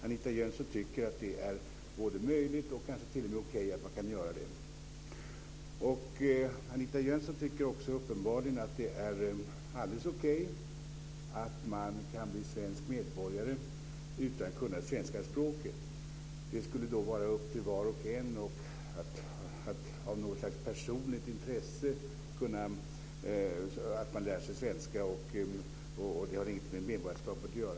Anita Jönsson tycker att det är både möjligt och kanske t.o.m. okej att man kan göra det. Anita Jönsson tycker också uppenbarligen att det är alldeles okej att man kan bli svensk medborgare utan att kunna svenska språket, att det är upp till var och en att av något slags personligt intresse lära sig svenska och att det inte har något med medborgarskapet att göra.